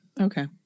okay